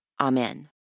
Amen